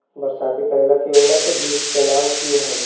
बरसाती करेला के उन्नत बिज के नाम की हैय?